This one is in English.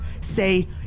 Say